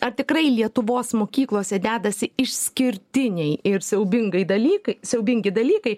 ar tikrai lietuvos mokyklose dedasi išskirtiniai ir siaubingai dalykai siaubingi dalykai